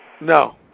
No